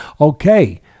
Okay